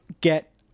get